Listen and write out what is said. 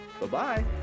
bye-bye